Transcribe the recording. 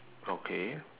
okay